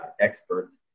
experts